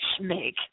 make